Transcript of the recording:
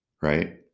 right